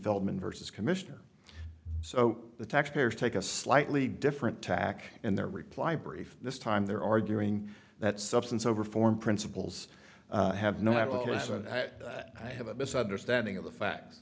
feldman versus commissioner so the taxpayers take a slightly different tack in their reply brief this time they're arguing that substance over form principles have no abacus and that i have a misunderstanding of the facts